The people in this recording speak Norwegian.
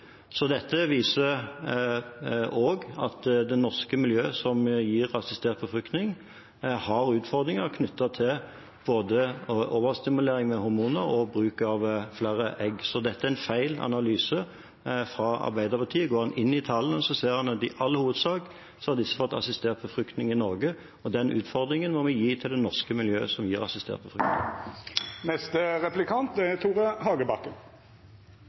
Så dette er en feil analyse fra Arbeiderpartiet. Går en inn i tallene, ser en at i all hovedsak har disse fått assistert befruktning i Norge, og den utfordringen må vi gi til det norske miljøet som gir assistert befruktning.